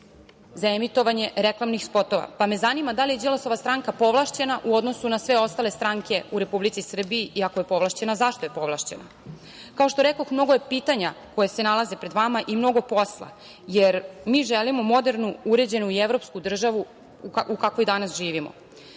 za emitovanje reklamnih spotova. Pa, me zanima, da li je Đilasova stranka povlašćena u odnosu na sve ostale stranke u Republici Srbiji i ako je povlašćena, zašto je povlašćena? Kao što rekoh, mnogo je pitanja koja se nalaze pred vama i mnogo posla, jer mi želimo modernu, uređenu i evropsku državu u kakvoj danas živimo.